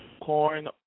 corn